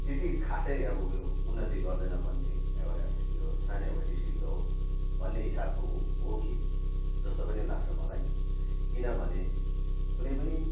त्यति खासै अब यो उन्नति गर्दैन भन्ने एउटा यो सानै एउटा डिस्ट्रिक्ट त हो भन्ने हिसाबको हो हो कि जस्तो पनि लाग्छ मलाई किनभने कुनै पनि